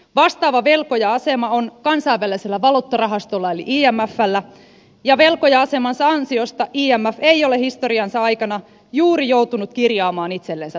vastaava velkoja asema on kansainvälisellä valuuttarahastolla eli imfllä ja velkoja asemansa ansiosta imf ei ole historiansa aikana juuri joutunut kirjaamaan itsellensä tappioita